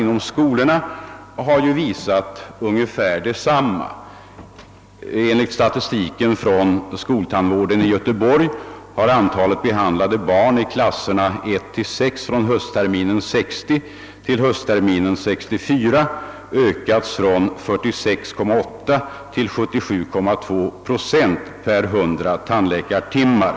En undersökning visar t.ex. att antalet vid skoltandvården i Göteborg behandlade barn i klasserna 1—6 från höstterminen 1960 till höstterminen 1964 ökats från 46,8 procent till 77,2 procent per hundra tandläkartimmar.